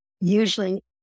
usually